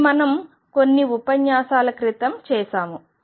ఇది మనం కొన్ని ఉపన్యాసాల క్రితం చేసాము